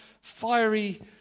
fiery